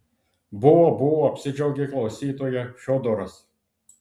buvo buvo apsidžiaugė klausytoja fiodoras